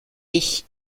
ich